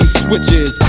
switches